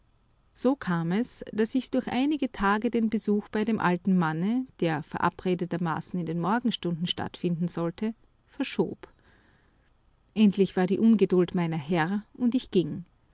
so kam es daß ich durch einige tage den besuch bei dem alten manne der verabredetermaßen in den morgenstunden stattfinden sollte verschob endlich ward die ungeduld meiner herr und ich ging